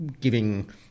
giving